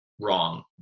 wrong